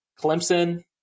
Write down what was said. Clemson